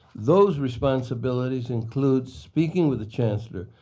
those responsibilities includes speaking with the chancellor,